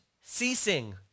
ceasing